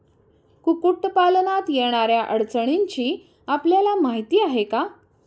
कुक्कुटपालनात येणाऱ्या अडचणींची आपल्याला माहिती आहे का?